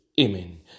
Amen